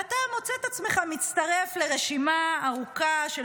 ואתה מוצא את עצמך מצטרף לרשימה ארוכה של